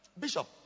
bishop